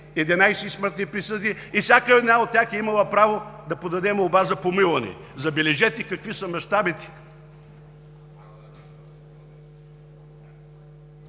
11 смъртни присъди и всеки от тях е имал право да подаде молба за помилване! Забележете какви са мащабите!